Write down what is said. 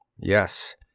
Yes